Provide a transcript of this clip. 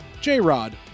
J-Rod